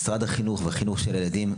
משרד החינוך והחינוך של ילדים.